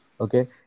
Okay